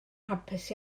hapus